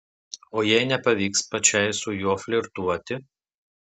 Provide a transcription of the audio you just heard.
o jei nepavyks pačiai su juo flirtuoti